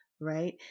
Right